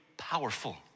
powerful